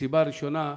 הסיבה הראשונה,